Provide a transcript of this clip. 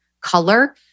color